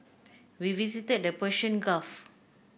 we visited the Persian Gulf